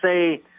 say